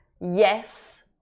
yes